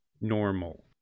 normal